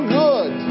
good